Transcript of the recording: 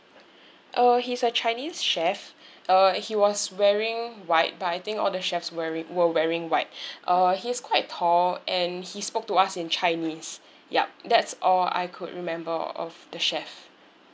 uh he's a chinese chef uh he was wearing white but I think all the chefs wearing were wearing white uh he's quite tall and he spoke to us in chinese yup that's all I could remember of the chef